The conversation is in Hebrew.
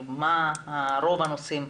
באילו נושאים רוב הפניות?